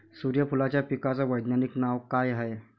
सुर्यफूलाच्या पिकाचं वैज्ञानिक नाव काय हाये?